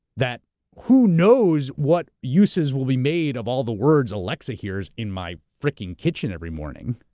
that who knows what uses will be made of all the words alexa hears in my fricking kitchen every morning.